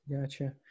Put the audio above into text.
Gotcha